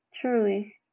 truly